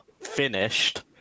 finished